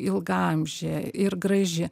ilgaamžė ir graži